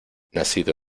nacido